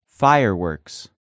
Fireworks